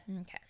Okay